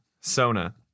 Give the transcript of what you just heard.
Sona